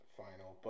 final